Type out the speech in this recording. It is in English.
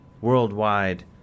worldwide